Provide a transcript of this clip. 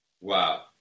Wow